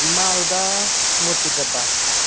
Malda Murshidabad